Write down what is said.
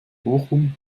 bochum